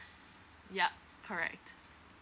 yup correct